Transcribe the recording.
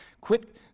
quit